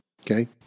Okay